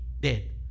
dead